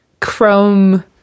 Chrome